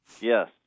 Yes